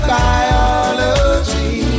biology